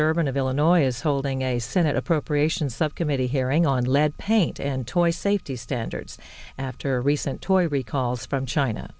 durbin of illinois is holding a senate appropriations subcommittee hearing on lead paint and toy safety standards after a recent toy recalls from china